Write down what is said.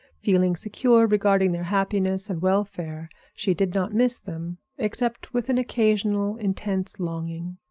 feeling secure regarding their happiness and welfare, she did not miss them except with an occasional intense longing.